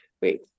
wait